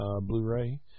Blu-ray